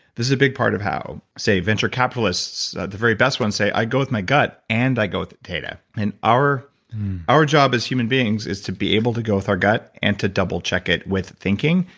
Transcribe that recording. this is a big part of how say venture capitalists, the very best ones, say i go with my gut and i go with data. and our our job as human beings is to be able to go with our gut and to double check it with thinking.